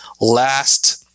last